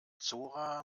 zora